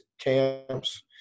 camps